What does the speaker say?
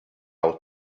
will